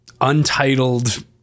untitled